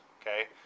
okay